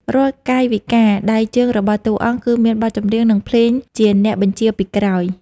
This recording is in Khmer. រាល់កាយវិការដៃជើងរបស់តួអង្គ គឺមានបទចម្រៀង និងភ្លេងជាអ្នកបញ្ជាពីក្រោយ។